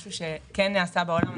משהו שכן נעשה בעולם,